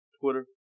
Twitter